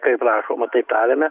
kaip rašoma taip tariame